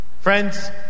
Friends